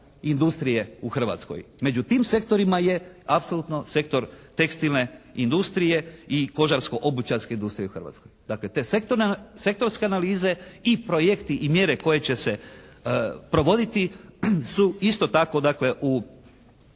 industrije u Hrvatskoj. Među tim sektorima je apsolutno sektor tekstilne industrije i kožarsko-obućarske industrije u Hrvatskoj. Dakle te sektorske analize i projekti i mjere koje će se provoditi su isto tako dakle